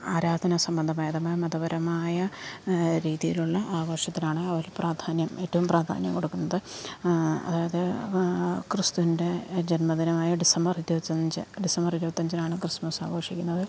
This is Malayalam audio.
ആരാധന സംബന്ധമായ മതപരമായ രീതിയിലുള്ള ആഘോഷത്തിനാണ് അവർ പ്രാധാന്യം ഏറ്റവും പ്രാധാന്യം കൊടുക്കുന്നത് അതായത് ക്രിസ്തുവിൻ്റെ ജന്മദിനമായ ഡിസംബർ ഇരുപത്തി അഞ്ച് ഡിസംബർ ഇരുപത്തി അഞ്ചിനാണ് ക്രിസ്മസ് ആഘോഷിക്കുന്നത്